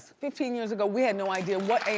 fifteen years ago, we had no idea what